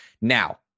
Now